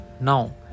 Now